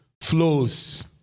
flows